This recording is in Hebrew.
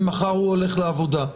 ומחר הוא הולך לעבודה.